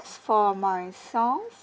for myself